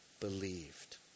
believed